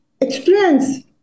experience